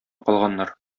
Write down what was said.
калганнар